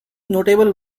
notable